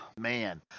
Man